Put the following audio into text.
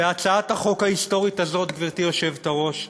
בהצעת החוק ההיסטורית הזאת, גברתי היושבת-ראש,